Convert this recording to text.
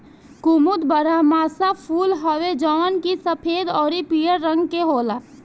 कुमुद बारहमासा फूल हवे जवन की सफ़ेद अउरी पियर रंग के होला